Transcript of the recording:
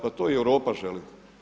Pa to i Europa želi.